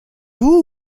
vous